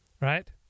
right